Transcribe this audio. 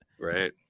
right